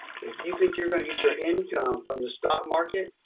if you think you're going to get your income from the stock market,